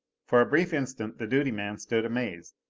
for a brief instant the duty man stood amazed.